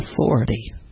authority